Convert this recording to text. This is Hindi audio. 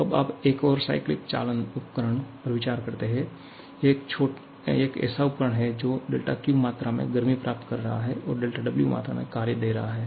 अब आप एक और साइकिल चालन उपकरण पर विचार करते हैं यह एक ऐसा उपकरण है जो δQ मात्रा में गर्मी प्राप्त कर रहा है और δWमात्रा में कार्य दे रहा है